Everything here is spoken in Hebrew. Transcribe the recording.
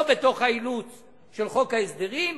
לא בתוך האילוץ של חוק ההסדרים,